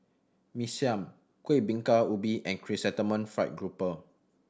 Mee Siam Kuih Bingka Ubi and Chrysanthemum Fried Grouper